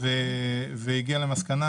והגיע למסקנה